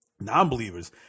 non-believers